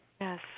Yes